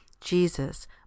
Jesus